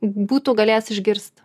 būtų galėjęs išgirst